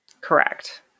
Correct